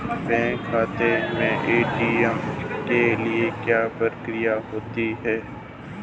Bank खाते में ATM के लिए क्या प्रक्रिया होती है?